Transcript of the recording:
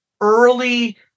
early